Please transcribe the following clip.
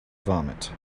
vomit